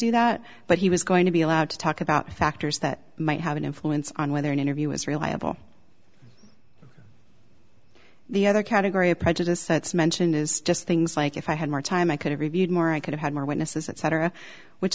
do that but he was going to be allowed to talk about factors that might have an influence on whether an interview was reliable the other category of prejudice that's mentioned is just things like if i had more time i could've reviewed more i could have had more witnesses etc which